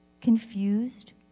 confused